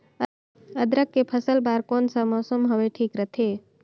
अदरक के फसल बार कोन सा मौसम हवे ठीक रथे?